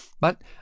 But